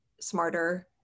smarter